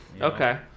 Okay